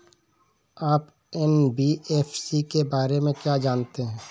आप एन.बी.एफ.सी के बारे में क्या जानते हैं?